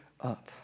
up